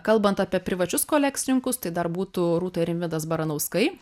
kalbant apie privačius kolekcininkus tai dar būtų rūta rimvydas baranauskai